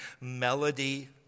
melody